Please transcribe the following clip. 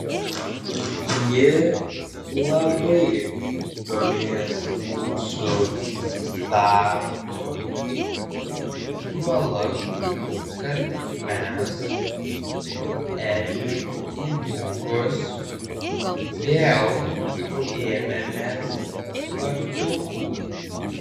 ji labai domėjosi mūsų darbu juolab kad mes ežiui įdūkus vėl ėmėmės plaktukų